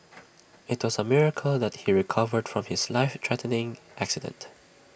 IT was A miracle that he recovered from his life threatening accident